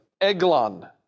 Eglon